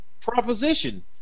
Proposition